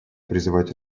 призывать